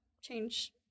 change